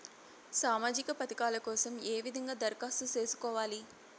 సామాజిక పథకాల కోసం ఏ విధంగా దరఖాస్తు సేసుకోవాలి